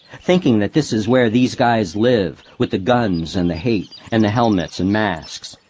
thinking that this is where these guys live, with the guns and the hate, and the helmets and masks,